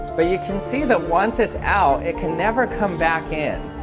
but you can see that once it's out it can never come back in.